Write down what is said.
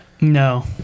No